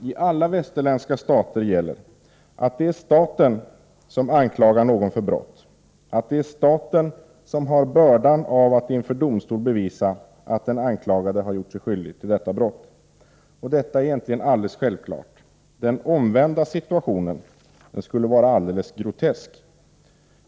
I alla västerländska stater gäller att det är staten som anklagar någon för brott, att det är staten som har bördan av att inför domstol bevisa att den anklagade har gjort sig skyldig till detta brott. Detta är egentligen alldeles självklart. Den omvända situationen skulle vara alldeles grotesk.